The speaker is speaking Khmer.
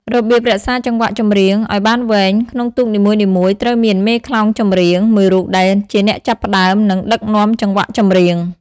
របៀបរក្សាចង្វាក់ចម្រៀងឲ្យបានវែង ក្នុងទូកនីមួយៗ ត្រូវមាន មេខ្លោងចម្រៀង មួយរូបដែលជាអ្នកចាប់ផ្តើម និងដឹកនាំចង្វាក់ចម្រៀង។